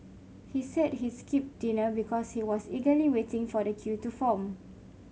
he said he skipped dinner because he was eagerly waiting for the queue to form